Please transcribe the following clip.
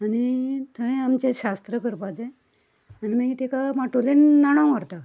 आनी थंय आमचें शास्त्र करपाचें आनी मागीर ताका माटुलेन न्हांणोवंक व्हरता